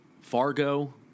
Fargo